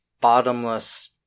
bottomless